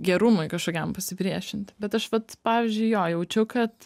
gerumui kažkokiam pasipriešint bet aš vat pavyzdžiui jo jaučiu kad